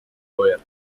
lower